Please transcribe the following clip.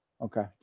Okay